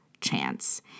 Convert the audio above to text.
Chance